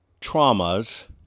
traumas